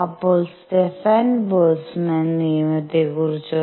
അപ്പോൾ സ്റ്റെഫാൻ ബോൾട്ട്സ്മാന്റെ നിയമത്തെക്കുറിച്ചോ